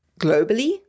globally